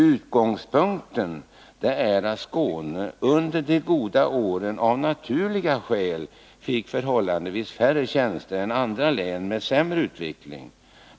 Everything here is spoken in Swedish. Utgångspunkten är att Skåne under de goda åren av naturliga skäl fick förhållandevis färre tjänser än andra län med en sämre utveckling.